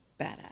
Badass